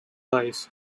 ways